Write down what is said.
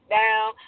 down